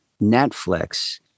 netflix